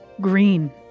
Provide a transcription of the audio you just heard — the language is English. green